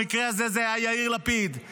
במקרה הזה היה יאיר לפיד,